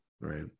right